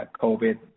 COVID